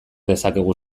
dezakegu